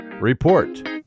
Report